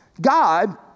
God